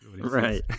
Right